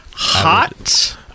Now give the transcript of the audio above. Hot